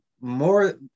more